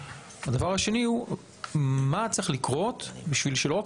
הדבר השני הוא מה צריך לקרות בשביל שלא רק